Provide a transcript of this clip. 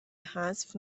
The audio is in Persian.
حذف